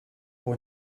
pour